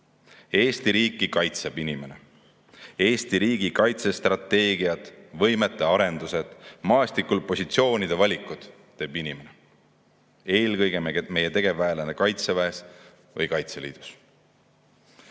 Eesti riiki kaitseb inimene. Eesti riigikaitse strateegia, võimete arenduse, maastikul positsioonide valiku teeb inimene, eelkõige tegevväelane Kaitseväes või Kaitseliidus. Valitsuse